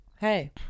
Hey